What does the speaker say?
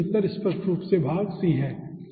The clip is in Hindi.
तो सही उत्तर स्पष्ट रूप से भाग c है